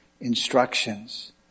instructions